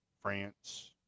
France